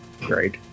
great